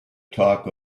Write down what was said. talk